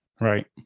Right